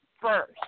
first